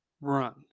run